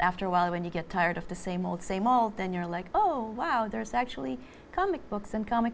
after a while when you get tired of the same old same old then you're like oh wow there's actually comic books and comic